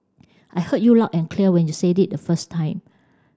I heard you loud and clear when you said it the first time